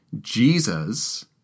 Jesus